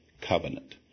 covenant